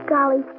Golly